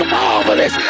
marvelous